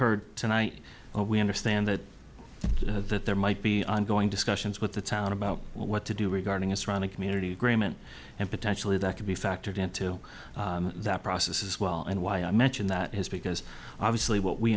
heard tonight we understand that that there might be ongoing discussions with the town about what to do regarding a surrounding community agreement and potentially that could be factored into that process as well and why i mention that is because obviously w